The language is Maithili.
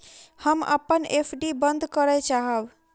हम अपन एफ.डी बंद करय चाहब